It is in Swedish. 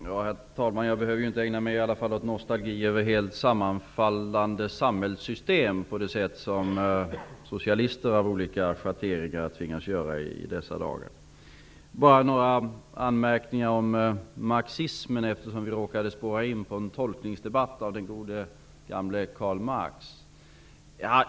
Herr talman! Jag behöver i alla fall inte ägna mig åt nostalgi över helt sammanfallande samhällssystem på det sätt som socialister av olika schatteringar tvingas göra i dessa dagar. Jag skall bara göra ett par anmärkningar om marxismen, eftersom vi råkade komma in på en tolkningsdebatt om den gamle gode Karl Marx.